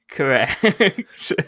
Correct